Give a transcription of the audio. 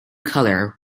color